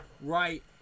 right